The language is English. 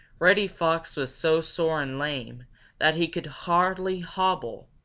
reddy fox was so sore and lame that he could hardly hobble.